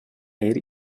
eir